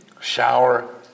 Shower